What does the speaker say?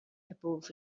above